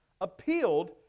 appealed